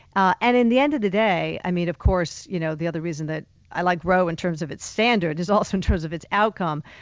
ah and in the end of the day, i mean, of course you know the other reason that i like roe in terms of its standard is also in terms of its outcome.